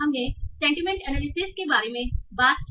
हमने sentiment analysis के बारे में बात की